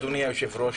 אדוני היושב-ראש,